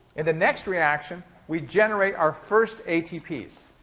in the next reaction, we generate our first atps.